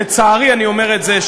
לצערי אני אומר את זה,